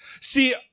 See